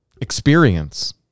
experience